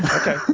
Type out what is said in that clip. Okay